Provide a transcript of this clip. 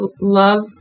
love